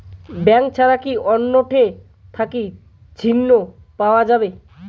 Bank ছাড়া কি অন্য টে থাকি ঋণ পাওয়া যাবে?